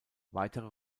weitere